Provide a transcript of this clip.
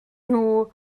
nhw